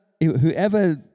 whoever